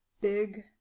big